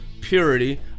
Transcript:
purity